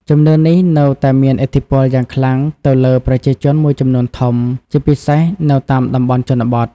ជំនឿនេះនៅតែមានឥទ្ធិពលយ៉ាងខ្លាំងទៅលើប្រជាជនមួយចំនួនធំ ជាពិសេសនៅតាមតំបន់ជនបទ។